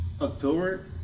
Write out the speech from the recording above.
October